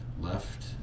left